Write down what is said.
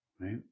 right